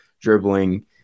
dribbling